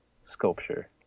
sculpture